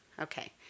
Okay